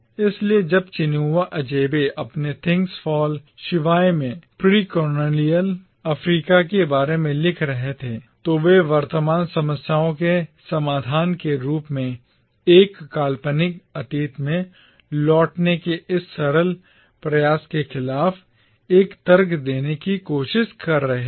इसलिए जब Chinua Achebe अपने थिंग्स फॉल शिवाय में प्रीऑलोनियल अफ्रीका के बारे में लिख रहे थे तो वे वर्तमान समस्याओं के समाधान के रूप में एक काल्पनिक अतीत में लौटने के इस सरल प्रयास के खिलाफ एक तर्क देने की कोशिश कर रहे थे